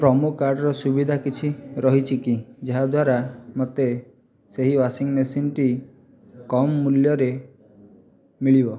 promo କୋଡ଼୍ର ସୁବିଧା କିଛି ରହିଛି କି ଯାହାଦ୍ଵାରା ମୋତେ ସେହି ୱାଶିଂ ମେସିନ୍ଟି କମ୍ ମୂଲ୍ୟରେ ମିଳିବ